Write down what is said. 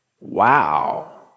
Wow